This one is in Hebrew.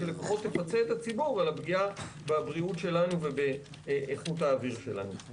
שלפחות תפצה את הציבור על הפגיעה בבריאות שלנו ובאיכות האוויר שלנו.